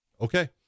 okay